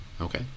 Okay